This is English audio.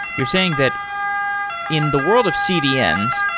you're saying that in the world of cdns,